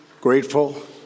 grateful